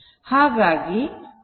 ಹಾಗಾಗಿ v iR Ldi dt ಆಗುತ್ತದೆ